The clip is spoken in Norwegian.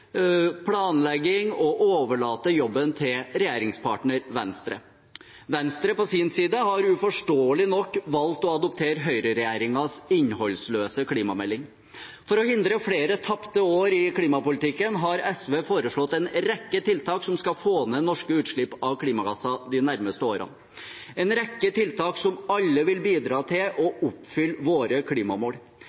planlegging og overlater jobben til regjeringspartner Venstre. Venstre har på sin side uforståelig nok valgt å adoptere Høyre–Fremskrittsparti-regjeringens innholdsløse klimamelding. For å hindre flere tapte år i klimapolitikken har SV foreslått en rekke tiltak som skal få ned norske utslipp av klimagasser de nærmeste årene – en rekke tiltak som alle vil bidra til å oppfylle våre klimamål.